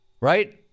right